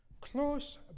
Close